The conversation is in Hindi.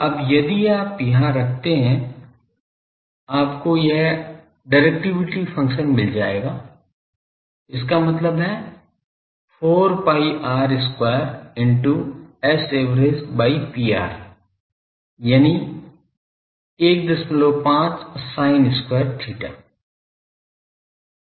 अब यदि आप यहाँ रखते हैं आपको वह डिरेक्टिविटी फंक्शन मिल जाएगा इसका मतलब है 4 pi r square into Sav by Pr यानी 15 sin square theta